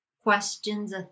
questions